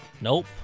Nope